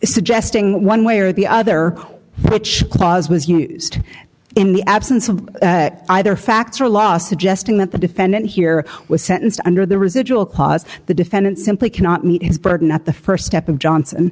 suggesting one way or the other which clause was used in the absence of either facts or last suggesting that the defendant here was sentenced under the residual clause the defendant simply cannot meet its burden at the first step of johnson